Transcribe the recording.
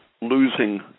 losing